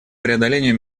преодолению